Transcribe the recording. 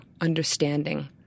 understanding